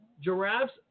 Giraffes